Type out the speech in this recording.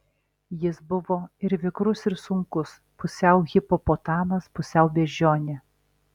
jis buvo ir vikrus ir sunkus pusiau hipopotamas pusiau beždžionė